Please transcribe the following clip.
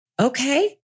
Okay